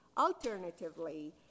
Alternatively